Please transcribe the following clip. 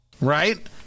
Right